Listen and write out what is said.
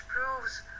proves